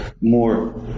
more